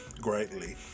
greatly